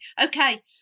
okay